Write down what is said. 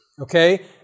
okay